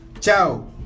ciao